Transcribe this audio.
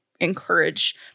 encourage